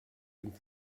dem